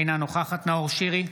אינה נוכחת נאור שירי,